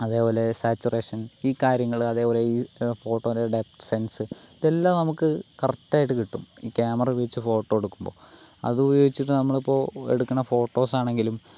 അതേപോലെ സാറ്റുറേഷൻ ഈ കാര്യങ്ങൾ അതേപോലെ ഈ ഫോട്ടോൻ്റെ ഡെപ്ത് സെൻസ് ഇതെല്ലം നമുക്ക് കറക്റ്റായിട്ട് കിട്ടും ഈ ക്യാമറ ഉപയോഗിച്ചു ഫോട്ടോ എടുക്കുമ്പോൾ അതുപയോഗിച്ചിട്ട് നമ്മളിപ്പോൾ എടുക്കണ ഫോട്ടോസ് ആണെങ്കിലും